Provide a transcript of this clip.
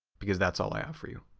because that's all i have for you.